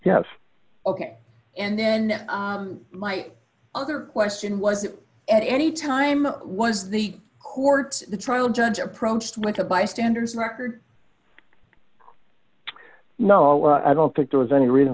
yes ok and then my other question was that at any time was the court the trial judge approached with a bystander's record no i don't think there was any reason